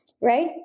right